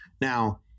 Now